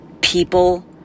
people